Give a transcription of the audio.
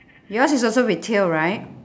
yours is also with tail right